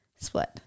split